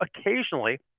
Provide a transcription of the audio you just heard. occasionally